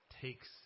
takes